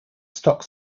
stock